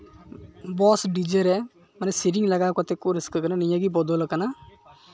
box ᱰᱤᱡᱮ ᱨᱮ ᱢᱟᱱᱮ ᱥᱮᱨᱮᱧ ᱞᱟᱜᱟᱣ ᱠᱟᱛᱮᱫ ᱠᱚ ᱨᱟᱹᱥᱠᱟᱹᱜ ᱠᱟᱱᱟ ᱱᱤᱭᱟᱹ ᱜᱮ ᱵᱚᱫᱚᱞ ᱠᱟᱱᱟ